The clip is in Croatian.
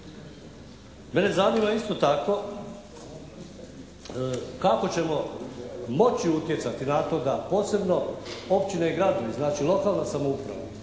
Mene zanima isto tako kako ćemo moći utjecati na to da posebno općine i gradovi, znači lokalna samouprava